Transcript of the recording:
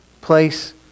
place